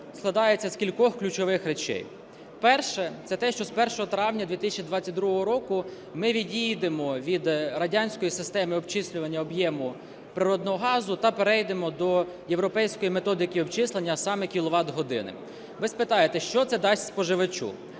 складається з кількох ключових речей. Перше, це те, що з 1 травня 2022 року ми відійдемо від радянської системи обчислення об'єму природного газу та перейдемо до європейської методики обчислення, а саме кіловат-години. Ви спитаєте, що це дасть споживачу.